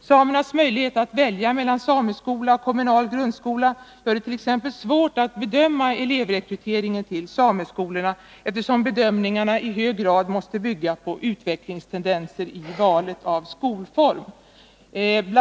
Samernas möjlighet att välja mellan sameskola och kommunal grundskola gör dett.ex. svårt att bedöma elevrekryteringen till sameskolorna, eftersom bedömningarna i hög grad måste bygga på utvecklingstendenser i valet av skolform. BI.